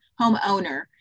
homeowner